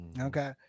Okay